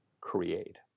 create